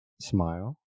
smile